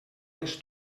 les